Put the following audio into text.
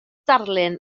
darlun